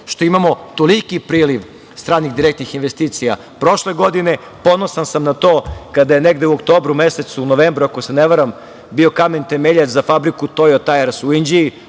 što imamo toliki priliv stranih direktnih investicija prošle godine. Ponosan sam na to kada je negde u oktobru mesecu, novembru, ako se ne varam, bio kamen-temeljac za fabriku „Tojo tajers“ u Inđiji.